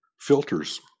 filters